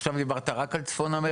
עכשיו דיברת רק על צפון אמריקה?